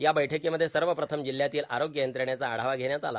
या बैठकीमध्ये सर्वप्रथम जिल्ह्यातील आरोग्य यंत्रणेचा आढावा घेण्यात आला